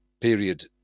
period